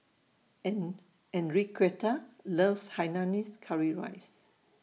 An Enriqueta loves Hainanese Curry Rice